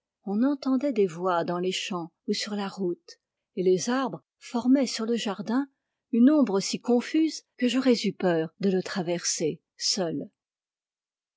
on entendait des voix dans les champs ou sur la route et les arbres formaient sur le jardin une ombre si confuse que j'aurais eu peur de le traverser seul